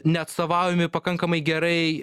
neatstovaujami pakankamai gerai